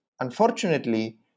unfortunately